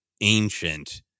ancient